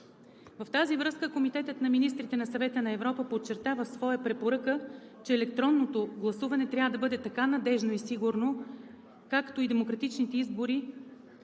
В тази връзка Комитетът на министрите на Съвета на Европа подчертава в своя препоръка, че електронното гласуване трябва да бъде така надеждно и сигурно, както и демократичните избори